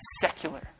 secular